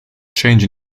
change